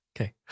Okay